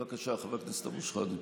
בבקשה, חבר הכנסת אבו שחאדה.